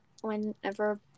whenever